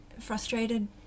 frustrated